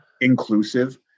inclusive